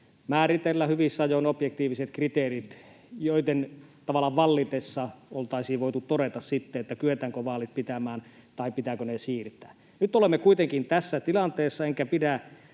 määritellä hyvissä ajoin objektiiviset kriteerit, joiden tavallaan vallitessa oltaisiin voitu sitten todeta, kyetäänkö vaalit pitämään vai pitääkö ne siirtää. Nyt olemme kuitenkin tässä tilanteessa, enkä pidä